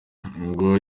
ngo